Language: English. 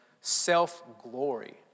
self-glory